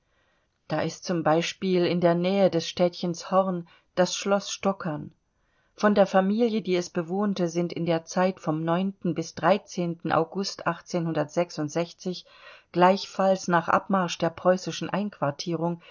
da ist zum beispiele in der nähe des städchens horn das schloß stockern von der familie die es bewohnte sind in der zeit vom bis august gleichfalls nach abmarsch der preußischen einquartierung